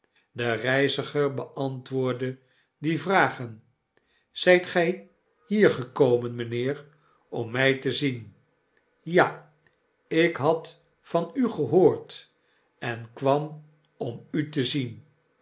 de reiziger beantwoordde die vragen zijt gy hier gekomen mynheer om myte zien ja ik had van u gehoord en kwam om u te zien